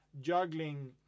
juggling